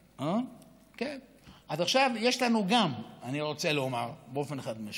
אז עכשיו יש לנו, אני רוצה לומר באופן חד-משמעי,